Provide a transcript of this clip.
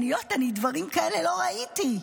דברים כאלה לא ראיתי.